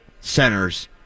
centers